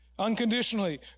Unconditionally